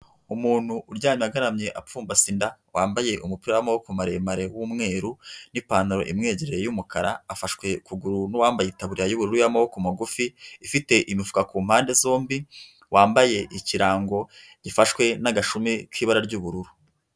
Umuntu uryamye agaramye apfumbase inda, wambaye umupira w'amaboko maremare w'umweru, n'ipantaro imwegereye yumukara, afashwe ukuguru n'uwambaye itaburiya y'ubururu y'amaboko magufi ifite imifuka kumpande zombi wambaye ikirango gifashwe n'agashumi k'ibara ry'ubururu.